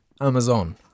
Amazon